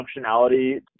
functionality